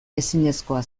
ezinezkoa